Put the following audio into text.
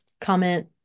comment